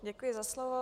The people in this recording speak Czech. Děkuji za slovo.